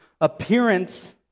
appearance